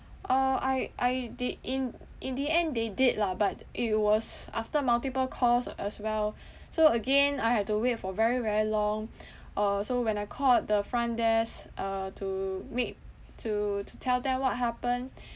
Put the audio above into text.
uh I I the in in the end they did lah but i~ it was after multiple calls as well so again I had to wait for very very long uh so when I called the front desk uh to make to to tell them what happened